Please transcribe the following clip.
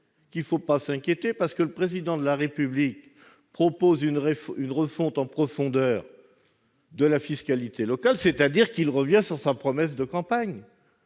qu'il ne faut pas s'inquiéter, puisque le Président de la République propose une refonte en profondeur de la fiscalité locale ! C'est donc qu'il revient sur sa promesse de campagne